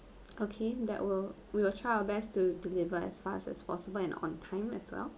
okay that will we will try our best to deliver as fast as possible and on time as well